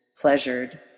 pleasured